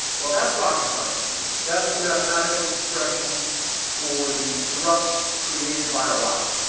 well that's rocket science that's the mathematical expression for the thrust created by a rocket.